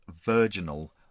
virginal